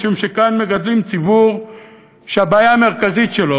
משום שכאן מגדלים ציבור שהבעיה המרכזית שלו,